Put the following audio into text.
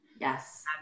Yes